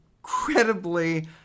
incredibly